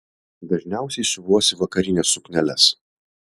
dažniausiai siuvuosi vakarines sukneles